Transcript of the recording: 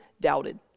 doubted